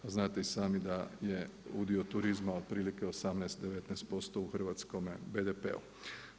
A znate i sami da je udio turizma otprilike 18, 19% u hrvatskome BDP-u.